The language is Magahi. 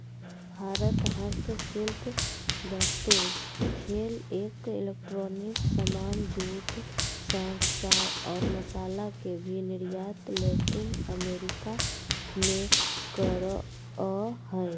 भारत हस्तशिल्प वस्तु, खेल एवं इलेक्ट्रॉनिक सामान, जूट, शंख, चाय और मसाला के भी निर्यात लैटिन अमेरिका मे करअ हय